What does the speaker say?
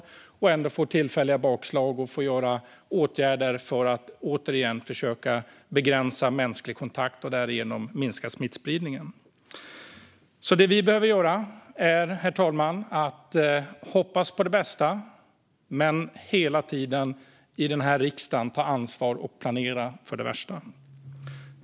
Man får ändå tillfälliga bakslag och får vidta åtgärder för att återigen begränsa mänsklig kontakt och därigenom minska smittspridningen. Herr talman! Det som vi i den här riksdagen behöver göra är att hoppas på det bästa men hela tiden ta ansvar och planera för det värsta.